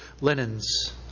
linens